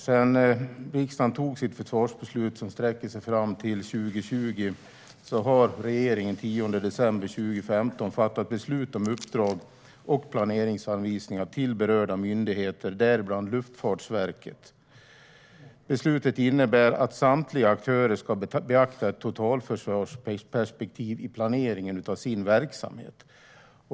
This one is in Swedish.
Sedan riksdagen tog sitt försvarsbeslut, som sträcker sig fram till 2020, har regeringen den 10 december 2015 fattat beslut om uppdrag och planeringsanvisningar till berörda myndigheter, däribland Luftfartsverket. Beslutet innebär att samtliga aktörer ska beakta ett totalförsvarsperspektiv i planeringen av sin verksamhet.